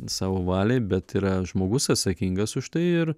savo valiai bet yra žmogus atsakingas už tai ir